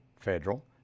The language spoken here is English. federal